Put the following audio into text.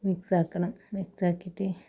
മിക്സാക്കണം മിക്സാക്കീട്ട്